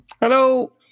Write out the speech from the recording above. Hello